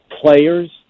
players